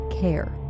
care